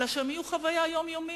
אלא שהמלים האלה יהיו חוויה יומיומית